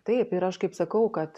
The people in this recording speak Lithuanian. taip ir aš kaip sakau kad